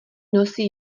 nosí